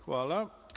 Hvala.